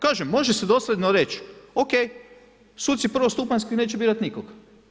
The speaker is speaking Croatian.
Kažem, može se dosljedno reći OK, suci prvostupanjski neće birati nikog.